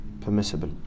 permissible